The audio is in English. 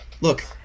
look